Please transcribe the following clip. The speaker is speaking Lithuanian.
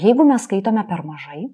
o jeigu mes skaitome per mažai